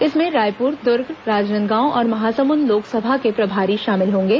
इसमें रायपुर दुर्ग राजनादगांव और महासमुद लोकसभा के प्रभारी शामिल होंगे